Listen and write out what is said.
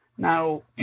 Now